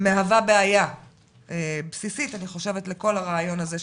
מהווה בעיה בסיסית אני חושבת לכל הרעיון הזה,